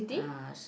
ah